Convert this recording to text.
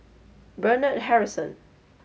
Bernard Harrison